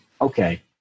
Okay